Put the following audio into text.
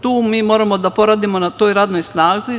Tu moramo da poradimo na toj radnoj snazi.